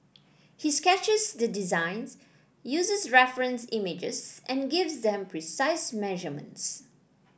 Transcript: he sketches the designs uses reference images and gives them precise measurements